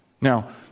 Now